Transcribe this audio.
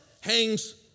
hangs